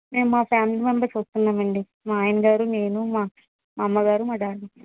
నేను మా family members వస్తున్నాము అండి మా ఆయన గారు నేను మా అమ్మగారు మా డాడీ